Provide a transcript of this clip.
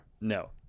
No